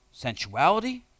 sensuality